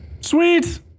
Sweet